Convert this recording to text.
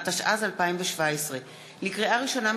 התשע"ז 2017. לקריאה ראשונה,